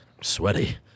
Sweaty